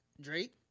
Drake